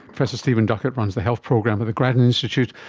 professor stephen duckett runs the health program at the grattan institute,